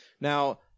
Now